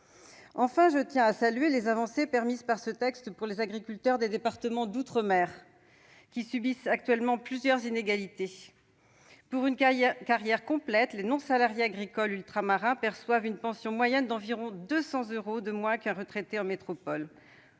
Enfin, je tiens à saluer les avancées permises par ce texte pour les agriculteurs des départements d'outre-mer qui subissent actuellement plusieurs inégalités. Pour une carrière complète, les non-salariés agricoles ultramarins perçoivent une pension moyenne d'environ 200 euros de moins qu'un retraité en métropole.